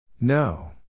No